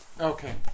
Okay